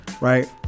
Right